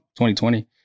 2020